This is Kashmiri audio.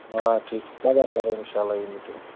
آ ٹھیٖک پَگاہ کَرو اِنشااللہ یہِ میٖٹِنٛگ